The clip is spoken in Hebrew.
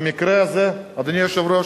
במקרה הזה, אדוני היושב-ראש,